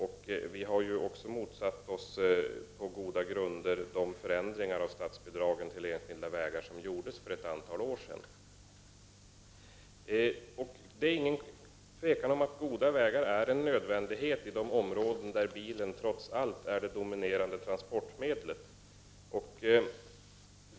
Centern har också, på goda grunder, motsatt sig de förändringar av statsbidragen till enskilda vägar som gjordes för ett antal år sedan. Det råder inget tvivel om att goda vägar är en nödvändighet i de områden där bilen trots allt är det dominerande transportmedlet.